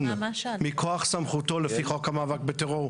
מכוח סמכותו לפי חוק המאבק בטרור,